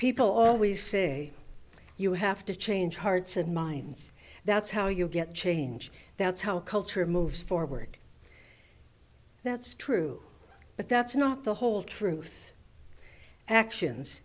people always say you have to change hearts and minds that's how you get change that's how culture moves forward that's true but that's not the whole truth actions